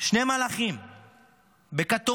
שני מלאכים בכתום